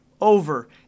over